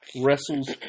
Wrestles